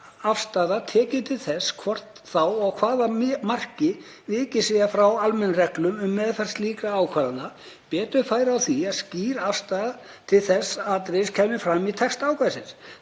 afstaða tekin til þess hvort og þá að hvaða marki vikið sé frá almennum reglum um meðferð slíkra ákvarðana. Betur færi á því að skýr afstaða til þessa atriðis kæmi fram í texta ákvæðisins.